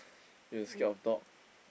you scared of dog